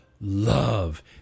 love